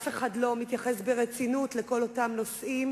אף אחד לא מתייחס ברצינות לכל אותם נושאים